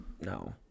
no